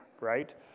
right